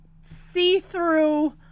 see-through